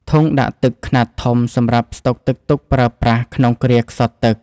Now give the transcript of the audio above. ធុងដាក់ទឹកខ្នាតធំសម្រាប់ស្តុកទឹកទុកប្រើប្រាស់ក្នុងគ្រាខ្សត់ទឹក។